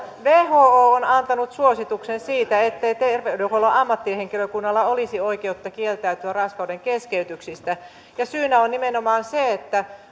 who on antanut suosituksen siitä ettei terveydenhuollon ammattihenkilökunnalla olisi oikeutta kieltäytyä raskaudenkeskeytyksistä ja syynä on nimenomaan se että